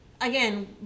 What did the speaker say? again